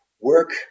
work